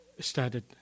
started